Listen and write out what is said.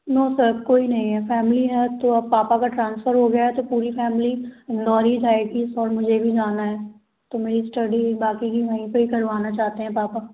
no sir कोई नहीं है फैमिली है तो अब पापा का ट्रांसफर हो गया तो पूरी फैमिली इंदौर ही जाएगी और मुझे भी जाना है तो मेरी स्टडी बाकी की वहीं पर करवाना चाहते हैं पापा